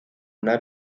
una